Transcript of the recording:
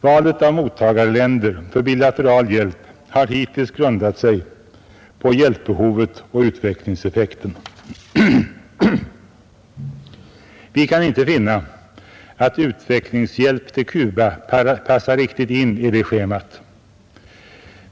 Valet av mottagarländer för bilateral hjälp har hittills grundat sig på hjälpbehov och utvecklingseffekt. Vi kan inte finna att utvecklingshjälp till Cuba passar riktigt in i det schemat.